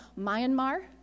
Myanmar